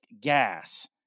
gas